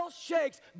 shakes